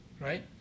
right